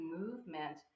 movement